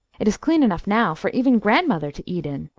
it is clean enough now for even grandmother to eat in,